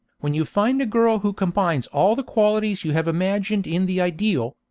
when you find a girl who combines all the qualities you have imagined in the ideal,